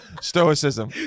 Stoicism